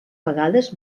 vegades